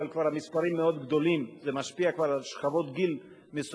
אבל המספרים כבר מאוד גדולים וזה משפיע כבר על שכבות גיל מסוימות,